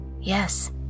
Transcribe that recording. Yes